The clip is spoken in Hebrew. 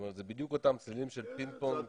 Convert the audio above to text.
אני